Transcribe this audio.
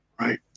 right